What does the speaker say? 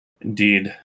Indeed